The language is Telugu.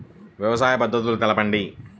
వ్యవసాయ పద్ధతులు ఏమిటి?